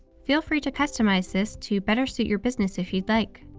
feel free to customize this to better suit your business if you'd like.